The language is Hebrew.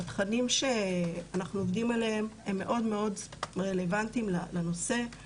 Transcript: התכנים שאנחנו עובדים עליהם הם מאוד מאוד רלוונטיים לנושא.